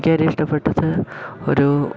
എനിക്ക് ഏറ്റവും ഇഷ്ടപ്പെട്ടത് ഒരു